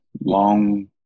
long